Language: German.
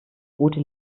rote